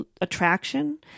attraction